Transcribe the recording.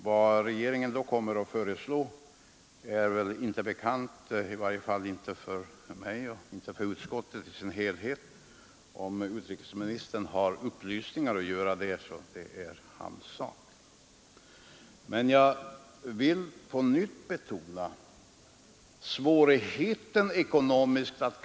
Vad regeringen då kommer att föreslå är i varje fall inte bekant för mig. Om utrikesministern har upplysningar att lämna är det hans sak. Jag vill på nytt betona de ekonomiska svårigheterna att klara detta mål.